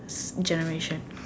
generation